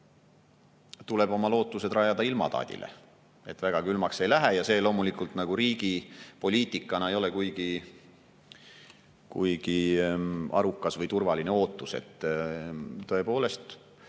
tuleb oma lootused rajada ilmataadile, et väga külmaks ei läheks. See loomulikult riigi poliitikana ei ole kuigi arukas või turvaline ootus. Tõepoolest,